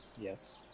yes